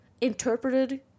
interpreted